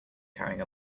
carrying